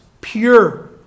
pure